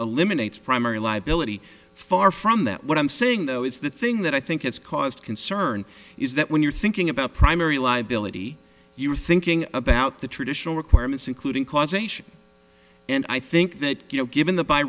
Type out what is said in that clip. eliminates primary liability far from that what i'm saying though is the thing that i think is caused concern is that when you're thinking about primary liability you're thinking about the traditional requirements including causation and i think that you know given the by